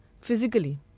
physically